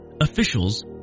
officials